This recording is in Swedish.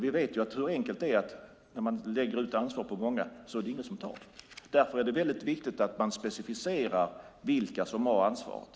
Vi vet ju hur det är när man lägger ut ansvaret på många. Det är ingen som tar det. Därför är det viktigt att specificera vilka som har ansvaret.